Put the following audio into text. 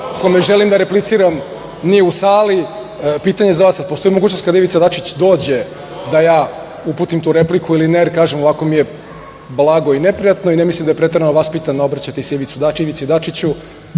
kome želim da repliciram nije u sali. Pitanje za vas, da li postoji mogućnost da ministar Dačić dođe da ja tada uputim tu repliku, jer ovako mi je blago i neprijatno i ne mislim da je preterano vaspitano obraćati se Ivici Dačiću,